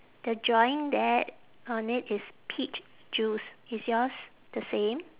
the drawing that on it is peach juice is yours the same